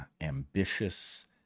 ambitious